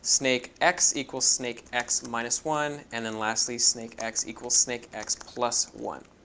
snakex equals snakex minus one. and then lastly, snakex equals snakex plus one.